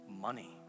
money